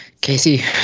Casey